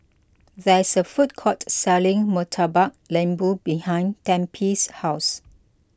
there is a food court selling Murtabak Lembu behind Tempie's House